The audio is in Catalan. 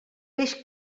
peix